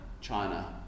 China